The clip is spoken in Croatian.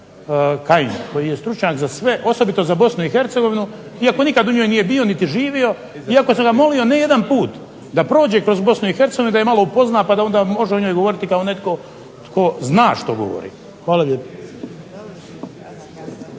Kajin koji je stručnjak za sve, osobito za Bosnu i Hercegovinu iako nikad u njoj nije bio niti živio, iako sam ga molio ne jedan put da prođe kroz Bosnu i Hercegovinu, da je malo upozna pa da onda može o njoj govoriti kao netko tko zna što govori. Hvala lijepo.